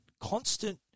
constant